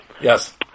Yes